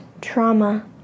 trauma